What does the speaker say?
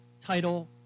title